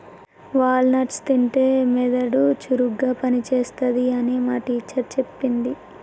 wall nuts తింటే మెదడు చురుకుగా పని చేస్తది అని మా టీచర్ చెప్పింది